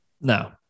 No